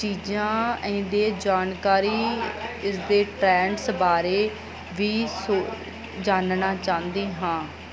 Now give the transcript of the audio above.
ਚੀਜ਼ਾਂ ਇਹਦੀ ਜਾਣਕਾਰੀ ਇਸਦੇ ਟ੍ਰੈਂਡਸ ਬਾਰੇ ਵੀ ਸੋ ਜਾਣਨਾ ਚਾਹੁੰਦੀ ਹਾਂ